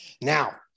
Now